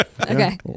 Okay